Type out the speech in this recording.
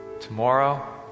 tomorrow